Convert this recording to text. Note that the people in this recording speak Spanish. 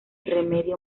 remedio